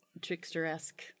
trickster-esque